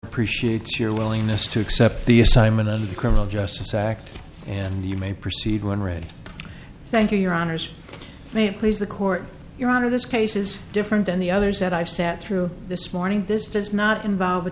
appreciate your willingness to accept the assignment of the criminal justice act and you may proceed when ready thank you your honors may please the court your honor this case is different than the others that i've sat through this morning this does not involve a